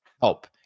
help